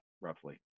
roughly